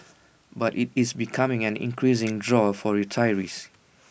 but IT is becoming an increasing draw for retirees